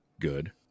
good